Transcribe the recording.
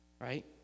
right